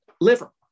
liver